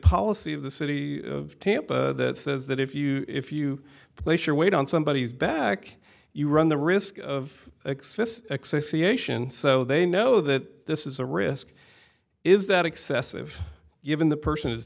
policy of the city of tampa that says that if you if you place your weight on somebody's back you run the risk of x i see ation so they know that this is a risk is that excessive given the person is